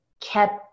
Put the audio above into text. kept